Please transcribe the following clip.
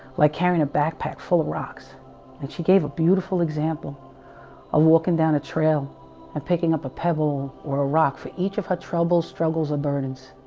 like carrying a backpack full of rocks and she gave a beautiful example i'm walking down a trail i'm picking up a pebble or a rock for each of her troubles struggles of burdens